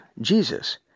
Jesus